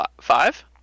Five